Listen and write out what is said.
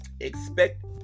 expect